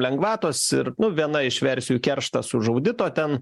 lengvatos ir viena iš versijų kerštas už audito ten